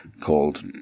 called